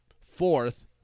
fourth